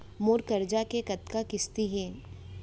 मोर करजा के कतका किस्ती हे?